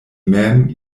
mem